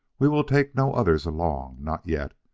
we will take no others along not yet.